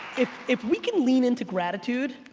if if we can lean into gratitude,